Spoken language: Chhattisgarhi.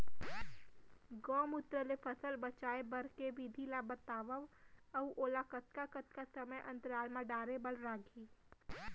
गौमूत्र ले फसल बचाए के विधि ला बतावव अऊ ओला कतका कतका समय अंतराल मा डाले बर लागही?